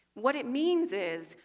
what it means is,